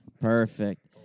Perfect